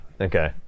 Okay